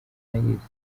nagize